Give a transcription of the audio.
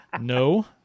no